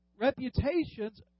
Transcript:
reputations